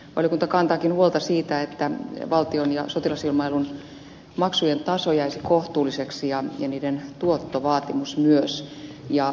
valiokunta kantaakin huolta siitä että valtion ja sotilasilmailun maksujen taso jäisi kohtuulliseksi ja niiden tuottovaatimus myös